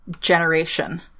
generation